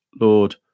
Lord